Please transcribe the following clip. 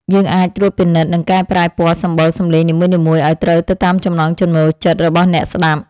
យើងអាចត្រួតពិនិត្យ និង កែប្រែពណ៌សម្បុរសំឡេងនីមួយៗឱ្យត្រូវទៅតាមចំណង់ចំណូលចិត្តរបស់អ្នកស្ដាប់។